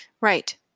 Right